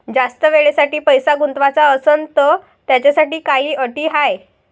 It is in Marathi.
जास्त वेळेसाठी पैसा गुंतवाचा असनं त त्याच्यासाठी काही अटी हाय?